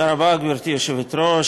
תודה רבה, גברתי היושבת-ראש.